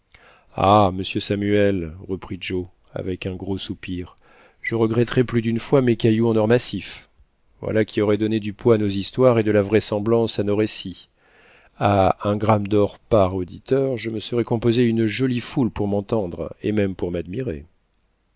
ah monsieur samuel reprit joe avec un gros soupir je regretterai plus d'une fois mes cailloux en or massif voilà qui aurait donné du poids à nos histoires et de la vraisemblance à nos récits a un gramme d'or par auditeur je me serais composé une jolie foule pour m'entendre et même pour m'admirer